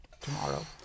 tomorrow